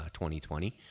2020